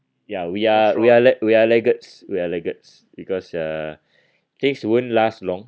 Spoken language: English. ya we are we are lag~ we are laggards we are laggards because uh things won't last long